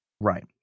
Right